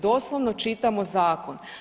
Doslovno čitamo zakon.